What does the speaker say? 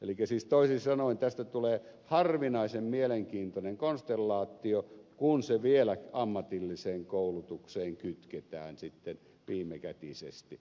elikkä siis toisin sanoen tästä tulee harvinaisen mielenkiintoinen konstellaatio kun se vielä ammatilliseen koulutukseen kytketään sitten viimekätisesti